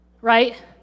Right